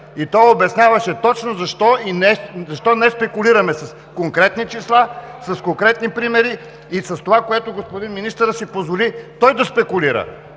И той обясняваше точно защо не спекулираме – с конкретни числа, с конкретни примери и с това, което господин министъра си позволи да спекулира.